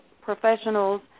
professionals